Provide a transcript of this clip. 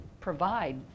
provide